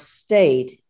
state